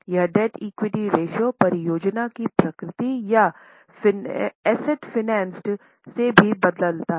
यह डेब्ट equity ratio से भी बदलता है